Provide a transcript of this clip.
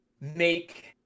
make